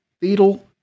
fetal